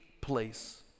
place